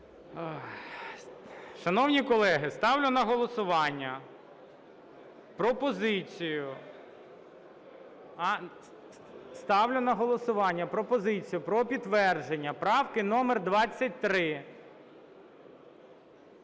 Шановні колеги, ставлю на голосування пропозицію про підтвердження правки номер 23.